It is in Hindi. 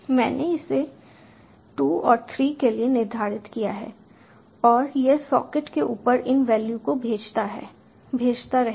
मैंने इसे 2 और 3 के लिए निर्धारित किया है और यह सॉकेट के ऊपर इन वैल्यू को भेजता रहेगा